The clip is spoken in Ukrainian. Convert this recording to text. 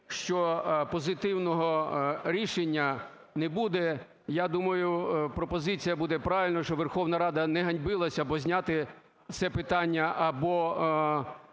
що позитивного рішення не буде. Я думаю, пропозиція буде правильною, щоб Верховна Рада не ганьбилася. Або зняти це питання, або